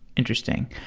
interesting.